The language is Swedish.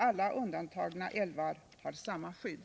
Alla undantagna älvar har samma skydd.